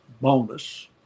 bonus